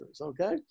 okay